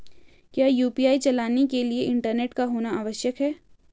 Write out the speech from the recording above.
क्या यु.पी.आई चलाने के लिए इंटरनेट का होना आवश्यक है?